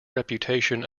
reputation